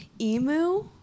emu